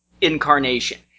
incarnation